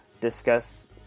discuss